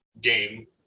game